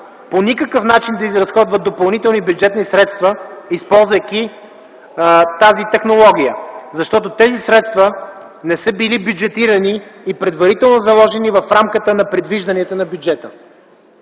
по никакъв начин да изразходва допълнителни бюджетни средства, използвайки тази технология. Защото тези средства не са били бюджетирани и предварително заложени в рамката и предвижданията на бюджета.